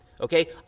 Okay